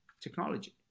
technology